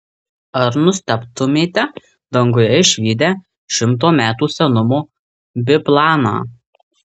ar nustebtumėte danguje išvydę šimto metų senumo biplaną